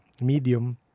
medium